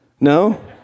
No